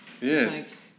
Yes